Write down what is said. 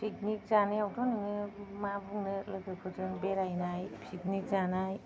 picnic जानायावथ' नोङो मा बुंनो लोगोफोरजों बेरायनाय पिकनिक जानाय